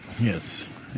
Yes